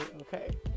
okay